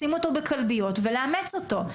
לשים בכלביות ולאמץ אותם.